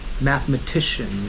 mathematician